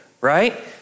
right